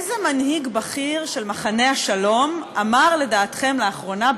איזה מנהיג בכיר של מחנה השלום אמר לדעתכם לאחרונה,